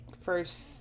first